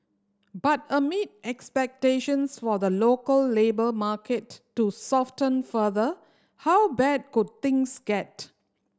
but amid expectations for the local labour market to soften further how bad could things get